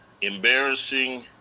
embarrassing